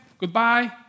goodbye